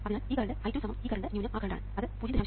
അതിനാൽ ഈ current I2 സമം ഈ കറണ്ട് ന്യൂനം ആ കറണ്ട് ആണ് അത് 0